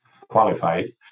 qualified